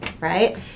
right